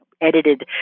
edited